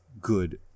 good